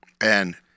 And-